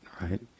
right